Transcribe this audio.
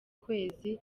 kwezi